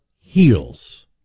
heels